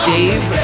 Dave